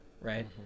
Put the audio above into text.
right